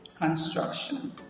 construction